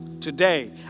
today